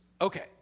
Okay